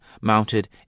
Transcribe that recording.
mounted